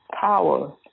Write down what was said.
power